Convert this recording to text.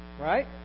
Right